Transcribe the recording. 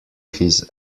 his